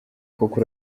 kuko